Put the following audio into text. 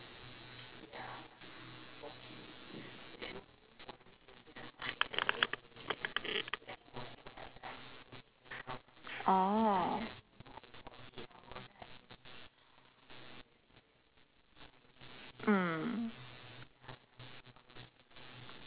oh mm